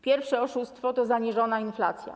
Pierwsze oszustwo to zaniżona inflacja.